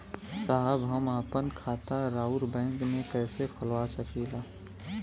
साहब हम आपन खाता राउर बैंक में कैसे खोलवा सकीला?